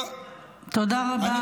תודה רבה.